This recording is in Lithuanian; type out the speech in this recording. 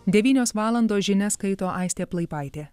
devynios valandos žinias skaito aistė plaipaitė